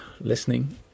listening